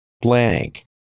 Blank